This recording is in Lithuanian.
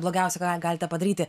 blogiausia ką galite padaryti